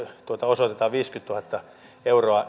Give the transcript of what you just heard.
osoitetaan viisikymmentätuhatta euroa